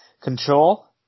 Control